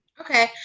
Okay